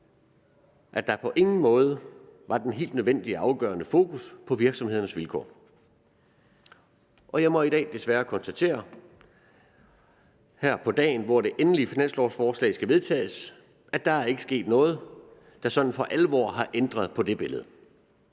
at der på ingen måde var det helt nødvendige og afgørende fokus på virksomhedernes vilkår. Jeg må desværre her på dagen, hvor det endelige finanslovforslag skal vedtages, konstatere, at der ikke er sket noget, der sådan for alvor har ændret det billede.